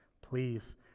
Please